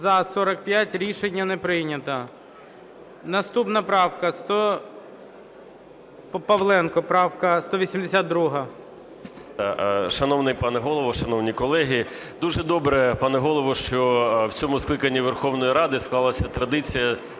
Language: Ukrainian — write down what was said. За-45 Рішення не прийнято. Наступна правка Павленка, правка 182. 10:59:25 ПАВЛЕНКО Ю.О. Шановний пане Голово, шановні колеги! Дуже добре, пане Голово, що в цьому скликанні Верховної Ради склалася традиція